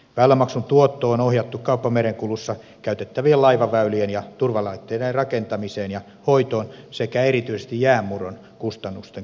väylämaksun tuotto on ohjattu kauppamerenkulussa käytettävien laivaväylien ja turvalaitteiden rakentamiseen ja hoitoon sekä erityisesti jäänmurron kustannusten kattamiseen